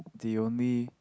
the only